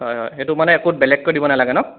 হয় হয় সেইটো মানে একো বেলেগকৈ দিব নেলাগে ন